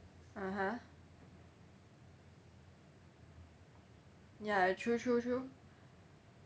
(uh huh) ya true true true